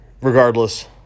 Regardless